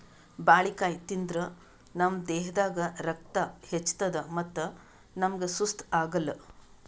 ಬಾಳಿಕಾಯಿ ತಿಂದ್ರ್ ನಮ್ ದೇಹದಾಗ್ ರಕ್ತ ಹೆಚ್ಚತದ್ ಮತ್ತ್ ನಮ್ಗ್ ಸುಸ್ತ್ ಆಗಲ್